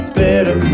better